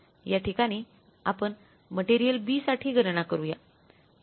या ठिकाणी आपण मटेरियल B साठी गणना करूया